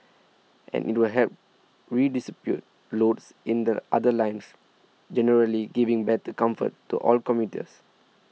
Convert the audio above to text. and it will help redistribute loads in the other lines generally giving better comfort to all commuters